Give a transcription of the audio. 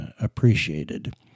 appreciated